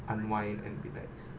unwind and relax